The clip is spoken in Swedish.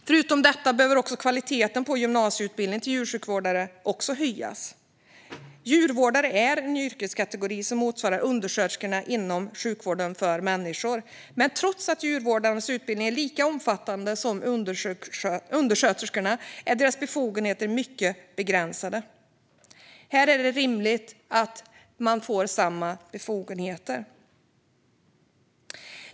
Förutom detta behöver kvaliteten på gymnasieutbildningen till djursjukvårdare höjas. Djurvårdare är en yrkeskategori som motsvarar undersköterskor inom sjukvården för människor, men trots att djurvårdarnas utbildning är lika omfattande som undersköterskornas så är deras befogenheter mycket begränsade. Det är rimligt att de får samma befogenheter.